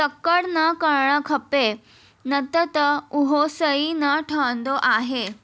तकड़ु न करणु खपे न त त उहो सही न ठहींदो आहे